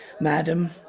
Madam